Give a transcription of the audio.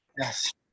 Yes